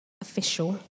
official